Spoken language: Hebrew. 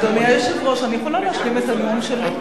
אדוני היושב-ראש, אני יכולה להשלים את הנאום שלי?